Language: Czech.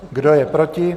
Kdo je proti?